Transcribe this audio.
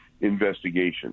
Investigation